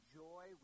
joy